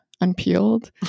unpeeled